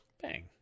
Bang